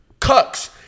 cucks